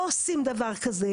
לא עושים דבר כזה.